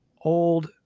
old